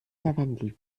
lavendel